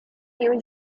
new